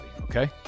okay